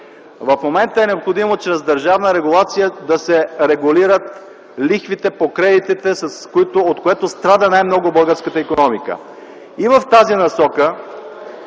В момента е необходимо чрез държавна регулация да се регулират лихвите по кредитите, от което страда най много българската икономика. (Шум и реплики